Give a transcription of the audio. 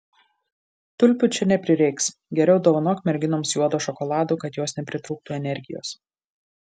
tulpių čia neprireiks geriau dovanok merginoms juodo šokolado kad jos nepritrūktų energijos